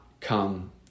come